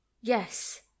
Yes